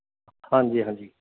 ਹਾਂਜੀ ਹਾਂਜੀ